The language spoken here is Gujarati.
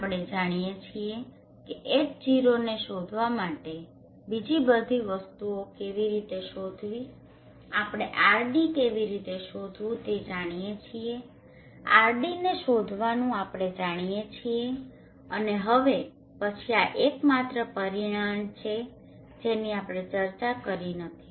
આપણે જાણીએ છીએ કે H0ને શોધવા માટે બીજી બધી વસ્તુઓ કેવી રીતે શોધવી આપણે RD કેવી રીતે શોધવું તે જાણીએ છીએ RD ને શોધવાનું આપણે જાણીએ છીએ અને હવે પછી આ એકમાત્ર પરિમાણ છે જેની આપણે ચર્ચા કરી નથી